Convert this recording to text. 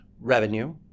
Revenue